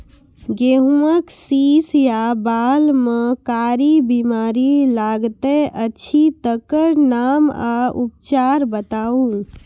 गेहूँमक शीश या बाल म कारी बीमारी लागतै अछि तकर नाम आ उपचार बताउ?